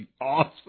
awesome